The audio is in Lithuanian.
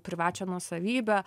privačią nuosavybę